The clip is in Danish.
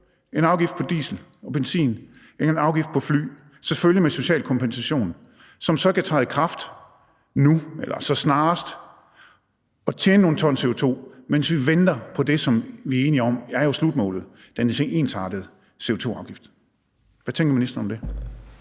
en afgift på diesel og benzin, en afgift på fly – selvfølgelig med social kompensation – som så kan træde i kraft nu eller snarest, og tjene nogle ton CO2, mens vi venter på det, som vi jo er enige om er slutmålet, nemlig den ensartede CO2-afgift. Hvad tænker ministeren om det?